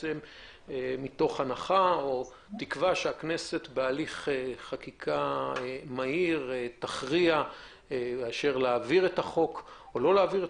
כל זאת מתוך הנחה שהכנסת תוביל הליך חקיקה מהיר להעברת החוק.